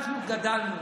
אנחנו גדלנו